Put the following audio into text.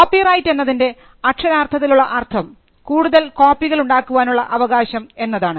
copyright എന്നതിൻറെ അക്ഷരാർത്ഥത്തിലുള്ള അർത്ഥം കൂടുതൽ കോപ്പികൾ ഉണ്ടാക്കാനുള്ള അവകാശം എന്നതാണ്